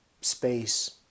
space